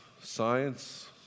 science